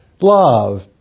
love